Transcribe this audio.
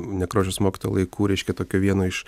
nekrošiaus mokytojo laikų reiškia tokio vieno iš